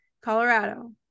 Colorado